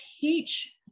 teach